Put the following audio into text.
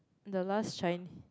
the last Chinese